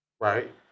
Right